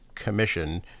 commission